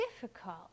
difficult